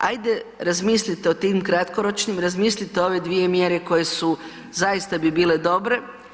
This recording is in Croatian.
Hajde razmislite o tim kratkoročnim, razmislite ove dvije mjere koje su zaista bi bile dobre.